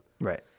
right